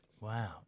Wow